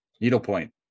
Needlepoint